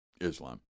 Islam